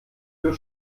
für